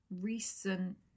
recent